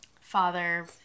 Father